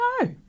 no